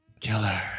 killer